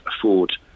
afford